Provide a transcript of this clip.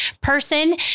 person